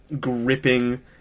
gripping